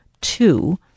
two